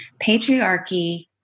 patriarchy